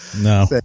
No